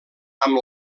amb